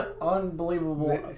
unbelievable